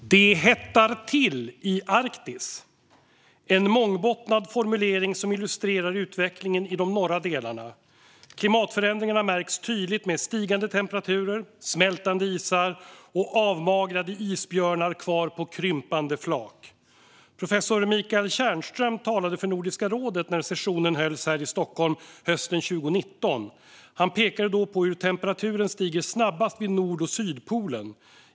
Fru talman! Det hettar till i Arktis. Det är en mångbottnad formulering som illustrerar utvecklingen i de norra delarna. Klimatförändringarna märks tydligt med stigande temperaturer, smältande isar och avmagrade isbjörnar kvar på krympande flak. Professor Michael Tjernström talade för Nordiska rådet när sessionen hölls här i Stockholm hösten 2019. Han pekade då på hur temperaturen stiger snabbast vid Nord och Sydpolen.